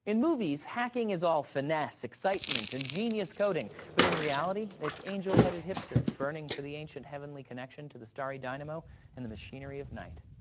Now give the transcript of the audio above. in movies, hacking is all finesse, excitement, and genius coding, but in reality it's angelheaded hipsters burning for the ancient heavenly connection to the starry dynamo in the machinery of night.